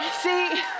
See